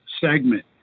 segment